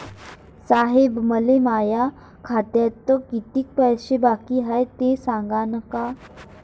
साहेब, मले माया खात्यात कितीक पैसे बाकी हाय, ते सांगान का?